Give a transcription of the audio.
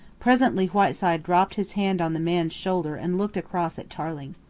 presently whiteside dropped his hand on the man's shoulder and looked across at tarling.